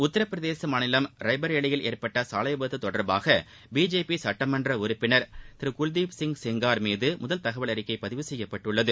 உத்திரபிரதேசமாநிலம்ராய்பெரேலியில்ஏற்பட்டசாலைவிபத்துதொடர்பாக பிஜேபிசட்டமன்றஉறுப்பினர்திருகுல்தீப்சிங்செங்கார்மீதமுதல்தகவல்அறிக்கைபதிவுசெய்யப்பட்டுள்ளது